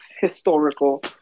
historical